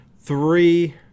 three